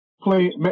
play